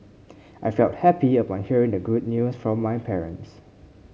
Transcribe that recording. I felt happy upon hearing the good news from my parents